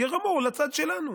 ירמו לצד שלנו.